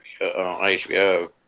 HBO